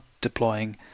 deploying